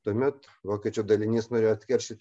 tuomet vokiečių dalinys norėjo atkeršyt